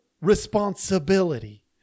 responsibility